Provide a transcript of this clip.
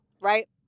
right